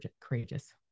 courageous